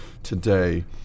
Today